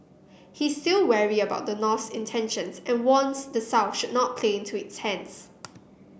he is still wary about the North's intentions and warns the South should not play into its hands